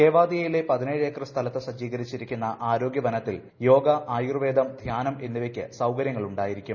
കേവാദിയിലെ acre സ്ഥലത്ത് സജ്ജീകരിച്ചിരിക്കുന്ന ആരോഗ്യ വനത്തിൽ യോഗ ആയുർവേദം ധ്യാനം എന്നിവയ്ക്ക് സൌകര്യങ്ങൾ ഉണ്ടായിരിക്കും